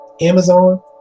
Amazon